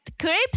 Crepes